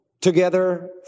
together